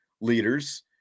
leaders –